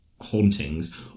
hauntings